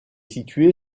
située